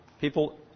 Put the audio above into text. people